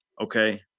Okay